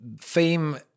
FAME